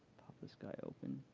this guy open.